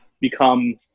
become